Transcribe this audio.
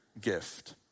gift